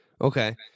Okay